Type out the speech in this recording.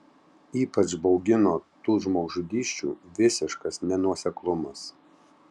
ypač baugino tų žmogžudysčių visiškas nenuoseklumas